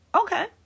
Okay